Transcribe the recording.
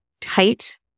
tight